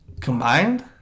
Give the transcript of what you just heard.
combined